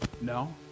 No